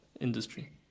industry